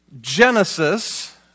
Genesis